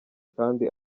kandi